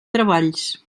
treballs